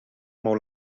mou